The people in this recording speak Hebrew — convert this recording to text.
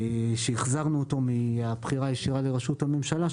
שהחזרנו אותו מהבחירה הישירה לרשות הממשלה,